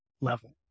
level